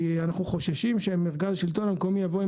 כי חוששים שאם מרכז השלטון המקומי יבוא עם